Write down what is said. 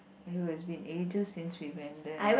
!aiyo! it's been ages since we went there